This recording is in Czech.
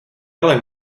ale